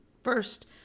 first